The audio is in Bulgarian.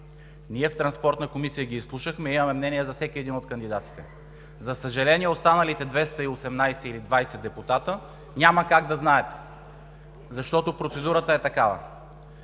съобщения ги изслушахме, имаме мнение за всеки един от кандидатите. За съжаление, останалите 218 или 220 депутати няма как да знаят, защото процедурата е такава,